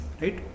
right